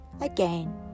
Again